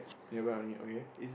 nearby only okay